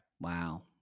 Wow